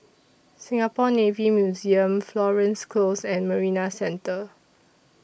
Singapore Navy Museum Florence Close and Marina Centre